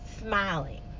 smiling